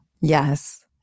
Yes